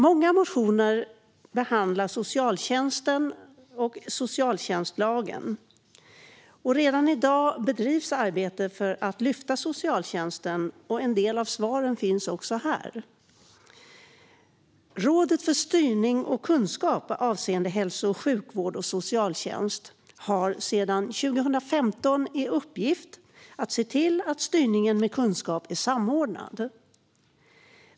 Många motioner behandlar socialtjänsten och socialtjänstlagen. Redan i dag bedrivs arbete för att lyfta socialtjänsten, och en del av svaren finns också här. Rådet för styrning med kunskap avseende hälso och sjukvård och socialtjänst har sedan 2015 i uppgift att se till att styrningen med kunskap är samordnad.